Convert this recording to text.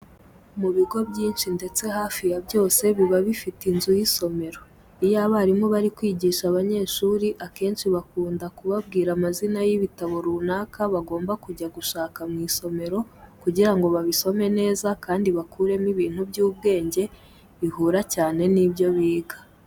Mu bigo byinshi ndetse hafi ya byose biba bifite inzu y'isomero. Iyo abarimu bari kwigisha abanyeshuri akenshi bakunda kubabwira amazina y'ibitabo runaka bagomba kujya gushaka mu isomero kugira ngo babisome neza kandi bakuremo ibintu by'ubwenge bihura cyane n'ibyo biga.